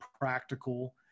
practical